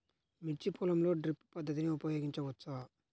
మిర్చి పొలంలో డ్రిప్ పద్ధతిని ఉపయోగించవచ్చా?